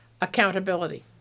accountability